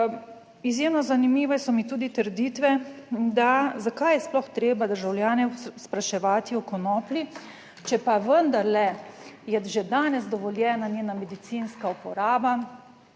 Izjemno zanimive so mi tudi trditve, da zakaj je sploh treba državljane spraševati o konoplji, če pa vendarle je že danes dovoljena njena medicinska uporaba